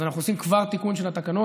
אז אנחנו עושים כבר תיקון של התקנות,